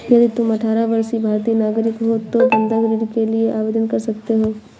यदि तुम अठारह वर्षीय भारतीय नागरिक हो तो बंधक ऋण के लिए आवेदन कर सकते हो